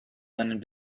seinen